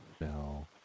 No